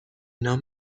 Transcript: نام